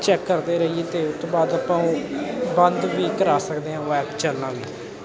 check ਕਰਦੇ ਰਹੀਏ ਅਤੇ ਉਸ ਤੋਂ ਬਾਅਦ ਆਪਾਂ ਉਹ ਬੰਦ ਵੀ ਕਰਾ ਸਕਦੇ ਹਾਂ ਉਹ ਐਪ ਚੱਲਣਾ ਵੀ